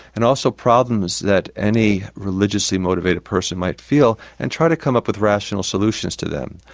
and also problems that any religiously motivated person might feel, and try to come up with rational solutions to them.